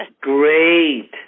Great